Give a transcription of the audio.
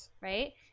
Right